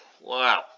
wow